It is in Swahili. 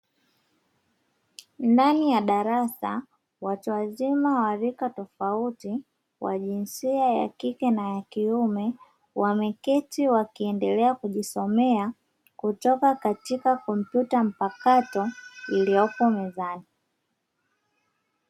Ndani ya darasa watu wazima wa lika tofauti wa jinsi ya kike na ya kiume, wameketi wakiendelea kujisomea kutoka katika kompyuta mpakato iliyoko mezani.